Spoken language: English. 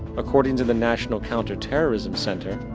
according to the national counter-terrorism center,